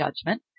judgment